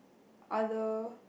other